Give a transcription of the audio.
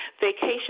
vacation